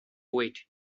wait